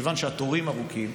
שמכיוון שהתורים ארוכים,